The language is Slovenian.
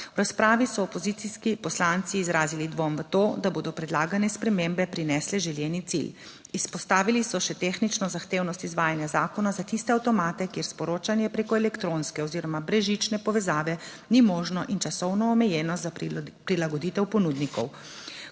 V razpravi so opozicijski poslanci izrazili dvom v to, da bodo predlagane spremembe prinesle želeni cilj. Izpostavili so še tehnično zahtevnost izvajanja zakona za tiste avtomate, kjer sporočanje preko elektronske oziroma brezžične povezave ni možno in časovno omejeno za prilagoditev ponudnikov.